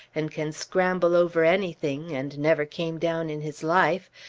and can scramble over anything, and never came down in his life,